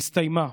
הסתיימה.